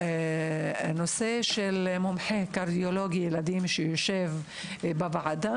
לגבי קרדיולוג ילדים מומחה שיושב בוועדה